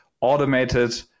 automated